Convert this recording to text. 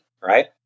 right